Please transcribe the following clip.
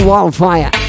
Wildfire